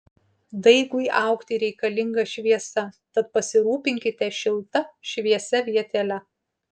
daigui augti reikalinga šviesa tad pasirūpinkite šilta šviesia vietele